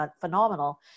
phenomenal